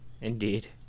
Indeed